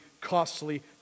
costly